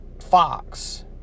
Fox